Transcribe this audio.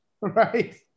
Right